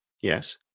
Yes